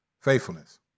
faithfulness